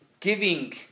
giving